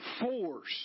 force